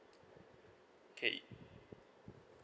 okay